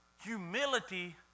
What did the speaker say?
Humility